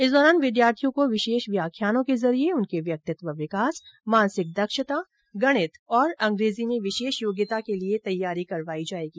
इस दौरान विद्यार्थियों को विशेष व्याख्यानों के जरिए उनके व्यक्तित्व विकास मानसिक दक्षता गणित और अंग्रेजी में विशेष योग्यता के लिए तैयारी करवायी जाएगी